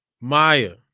Maya